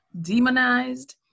demonized